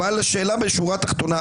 השאלה בשורה התחתונה,